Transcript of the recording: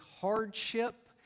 hardship